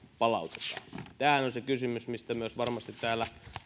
palautetaan tämähän on se kysymys mistä myös varmasti täällä